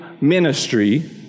ministry